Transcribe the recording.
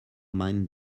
meint